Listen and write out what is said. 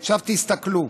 עכשיו תסתכלו,